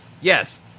Yes